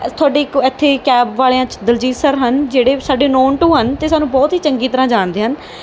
ਤੁਹਾਡੀ ਇੱਕ ਇੱਥੇ ਕੈਬ ਵਾਲਿਆਂ 'ਚ ਦਲਜੀਤ ਸਰ ਹਨ ਜਿਹੜੇ ਸਾਡੇ ਨੋਨ ਟੂ ਹਨ ਅਤੇ ਸਾਨੂੰ ਬਹੁਤ ਹੀ ਚੰਗੀ ਤਰ੍ਹਾਂ ਜਾਣਦੇ ਹਨ